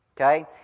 Okay